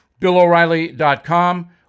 BillOReilly.com